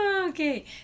Okay